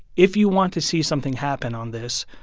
if you want to see something happen on this,